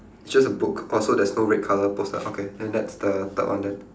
it's just a book oh so there's no red colour poster okay then that's the third one then